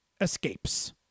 escapes